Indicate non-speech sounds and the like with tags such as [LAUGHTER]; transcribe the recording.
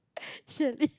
[LAUGHS] chalet